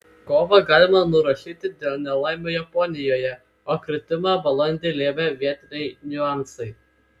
kovą galima nurašyti dėl nelaimių japonijoje o kritimą balandį lėmė vietiniai niuansai